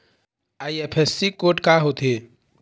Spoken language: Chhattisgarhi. आई.एफ.एस.सी कोड का होथे?